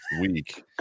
week